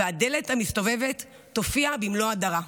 והדלת המסתובבת תופיע במלוא הדרה.